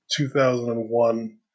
2001